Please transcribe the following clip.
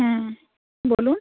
হ্যাঁ বলুন